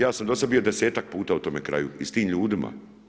Ja sam dosad bio desetak puta u tome kraju i s tim ljudima.